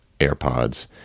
AirPods